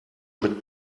mit